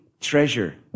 treasure